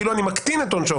אני כאילו מקטין את עונשו.